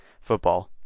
football